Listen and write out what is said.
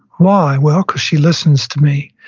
why? well, because she listens to me.